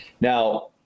Now